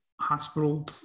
hospital